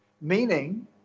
meaning